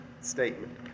statement